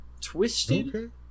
Twisted